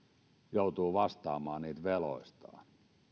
joutuu vastaamaan veloistaan